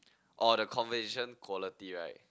or the conversation quality right